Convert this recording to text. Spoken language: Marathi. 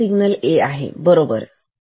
तर हे सिग्नल A आहे बरोबर